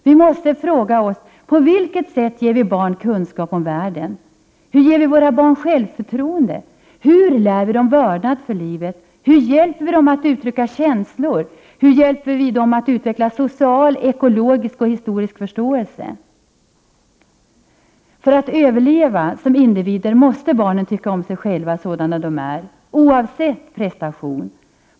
Vi måste fråga oss: — På vilket sätt ger vi våra barn kunskap om världen? - Hur ger vi dem självförtroende? — Hur lär vi dem vördnad för livet? —- Hur hjälper vi dem att uttrycka sina känslor? —- Hur hjälper vi dem att utveckla social, ekologisk och historisk förståelse? För att överleva som individer måste barnen tycka om sig själva sådana de är oavsett prestation.